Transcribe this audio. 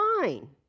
fine